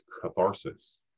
catharsis